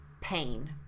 pain